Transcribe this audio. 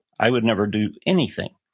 i would never do anything.